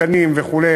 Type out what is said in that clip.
תקנים וכו',